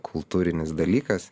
kultūrinis dalykas